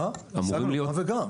הצגנו גם וגם.